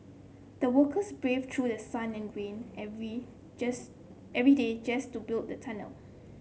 the workers braved through the sun and rain every every day just to build the tunnel